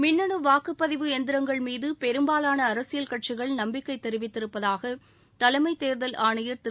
மின்னணு வாக்குப்பதிவு எந்திரங்கள் மீது பெரும்பாலான அரசியல் கட்சிகள் நம்பிக்கை தெரிவித்திருப்பதாக தலைமைத் தேர்தல் ஆணையர் திரு